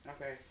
okay